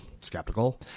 skeptical